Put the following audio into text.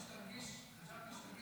--- שתרגיש הרבה